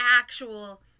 actual